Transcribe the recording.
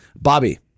Bobby